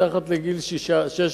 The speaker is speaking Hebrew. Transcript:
מתחת לגיל 16,